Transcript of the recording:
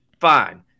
fine